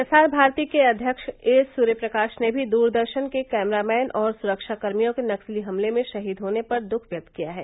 प्रसार भारती के अध्यक्ष ए सूर्यप्रकाश ने भी दूरदर्शन के कैमरामैन और सुरक्षाकर्मियों के नक्सली हमले में शहीद होने पर दुख व्यक्त किया है